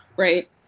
Right